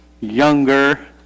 younger